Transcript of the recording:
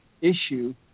issue